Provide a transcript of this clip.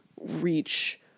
reach